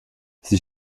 sie